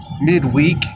midweek